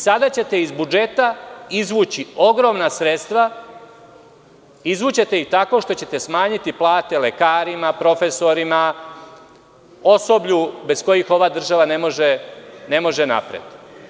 Sada ćete iz budžeta izvući ogromna sredstva tako što ćete smanjiti plate lekarima, profesorima, osoblju bez kojeg ova država ne može napred.